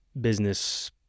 business